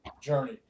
journey